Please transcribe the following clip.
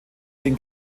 den